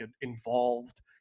involved